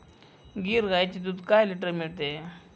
गीर गाईचे दूध काय लिटर मिळते?